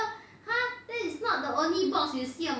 mm